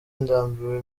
ndambiwe